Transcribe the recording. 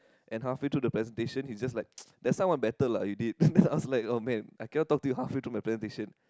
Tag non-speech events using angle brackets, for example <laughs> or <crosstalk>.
and halfway through the presentation he's just like <noise> just now one better lah you did <laughs> then I was like oh man I cannot talk to you halfway through my presentation